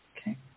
Okay